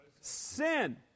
Sin